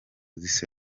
haracyari